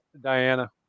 Diana